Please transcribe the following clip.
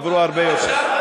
עברו הרבה יותר.